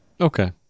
Okay